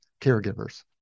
caregivers